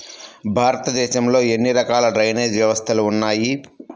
భారతదేశంలో ఎన్ని రకాల డ్రైనేజ్ వ్యవస్థలు ఉన్నాయి?